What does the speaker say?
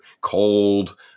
cold